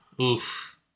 Oof